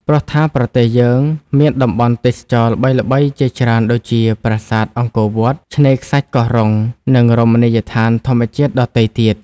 ព្រោះថាប្រទេសយើងមានតំបន់ទេសចរណ៍ល្បីៗជាច្រើនដូចជាប្រាសាទអង្គរវត្ត ឆ្នេរខ្សាច់កោះរុង និងរមណីយដ្ឋានធម្មជាតិដទៃទៀត។